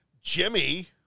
Jimmy